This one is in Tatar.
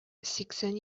сиксән